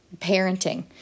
parenting